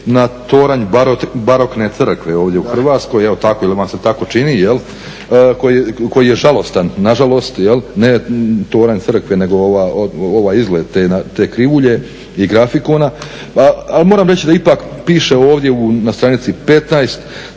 tako ili vam se tako čini koji je žalostan na žalost. Ne toranj crkve nego ovaj izgled te krivulje i grafikona. Ali moram reći da ipak piše ovdje na stranici 15